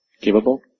Capable